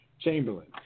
Chamberlain